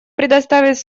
предоставить